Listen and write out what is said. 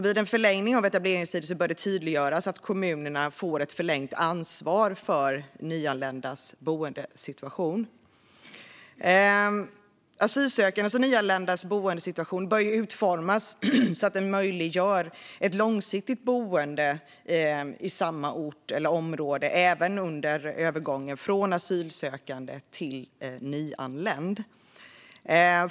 Vid en förlängning av etableringstiden bör det tydliggöras att kommunerna får ett förlängt ansvar för nyanländas boendesituation. Asylsökandes och nyanländas boendesituation bör utformas så att den möjliggör ett långsiktigt boende i samma ort eller område, även under övergången från asylsökande till nyanländ.